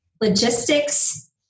logistics